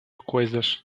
coisas